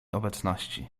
obecności